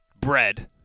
bread